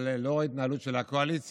אבל לנוכח ההתנהלות של הקואליציה,